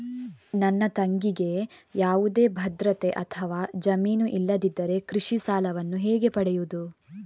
ನನ್ನ ತಂಗಿಗೆ ಯಾವುದೇ ಭದ್ರತೆ ಅಥವಾ ಜಾಮೀನು ಇಲ್ಲದಿದ್ದರೆ ಕೃಷಿ ಸಾಲವನ್ನು ಹೇಗೆ ಪಡೆಯುದು?